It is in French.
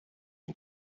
une